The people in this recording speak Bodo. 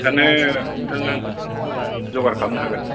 थारमाने नोंथाङा जगार खामनो हागोन